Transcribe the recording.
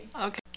Okay